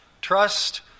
trust